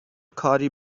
کاری